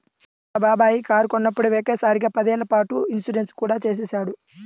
మా బాబాయి కారు కొన్నప్పుడే ఒకే సారిగా పదేళ్ళ పాటు ఇన్సూరెన్సు కూడా చేసేశాడు